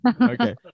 okay